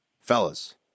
fellas